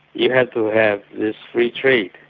you have to have this free trade.